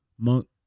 Monk